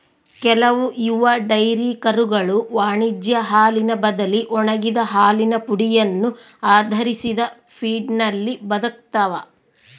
ಕೆಲವು ಯುವ ಡೈರಿ ಕರುಗಳು ವಾಣಿಜ್ಯ ಹಾಲಿನ ಬದಲಿ ಒಣಗಿದ ಹಾಲಿನ ಪುಡಿಯನ್ನು ಆಧರಿಸಿದ ಫೀಡ್ನಲ್ಲಿ ಬದುಕ್ತವ